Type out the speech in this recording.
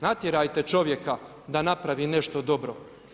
Natjerajte čovjeka da napravi nešto dobro.